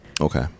Okay